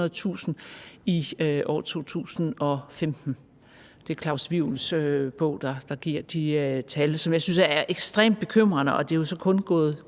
i år 2015. Det er Klaus Wivels bog, der giver de tal, som jeg synes er ekstremt bekymrende.